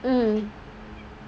mm